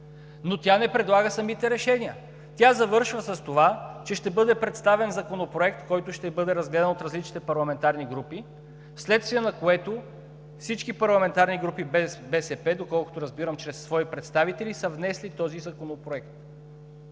но тя не предлага самите решения. Тя завършва с това, че ще бъде представен законопроект, който ще бъде разгледан от различните парламентарни групи, вследствие на което всички парламентарни групи без БСП, доколкото разбирам чрез свои представители, са внесли този законопроект